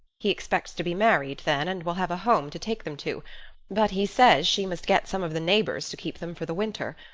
he expects to be married then and will have a home to take them to but he says she must get some of the neighbors to keep them for the winter.